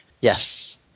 Yes